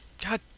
God